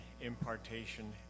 impartation